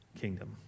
kingdom